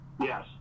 yes